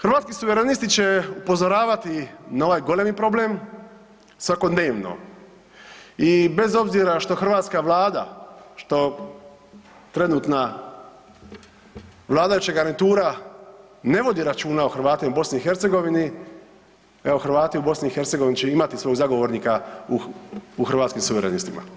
Hrvatski suverenisti će upozoravati na ovaj golemi problem svakodnevno i bez obzira što hrvatska vlada, što trenutna vladajuća garnitura ne vodi računa o Hrvatima u BiH, evo Hrvati u BiH će imati svog zagovornika u Hrvatskim suverenistima.